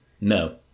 No